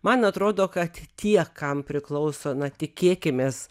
man atrodo kad tie kam priklauso na tikėkimės